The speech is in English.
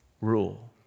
rule